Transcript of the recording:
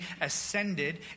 ascended